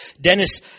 Dennis